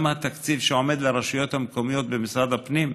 מה התקציב שעומד לרשות הרשויות המקומיות במשרד הפנים?